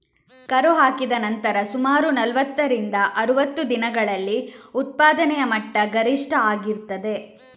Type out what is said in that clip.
ಕರು ಹಾಕಿದ ನಂತರ ಸುಮಾರು ನಲುವತ್ತರಿಂದ ಅರುವತ್ತು ದಿನಗಳಲ್ಲಿ ಉತ್ಪಾದನೆಯ ಮಟ್ಟ ಗರಿಷ್ಠ ಆಗಿರ್ತದೆ